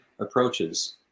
approaches